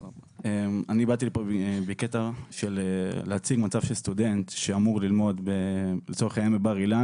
באתי לפה בקטע של להציג מצב של סטודנט שאמור ללמוד בבר אילן,